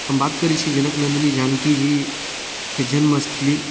हम बात करै छी जनक नन्दनी जानकी जी के जन्मस्थली